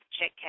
check